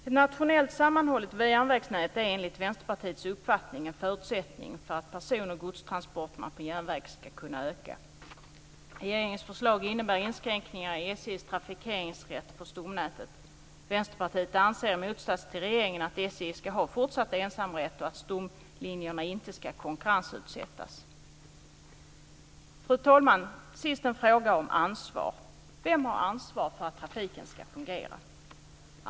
Det går inte att köra om på ett järnvägsspår, hur ideologiskt önskvärt detta än kunde vara. Fru talman! Sist en fråga om ansvar. Vem har ansvar för att trafiken ska fungera?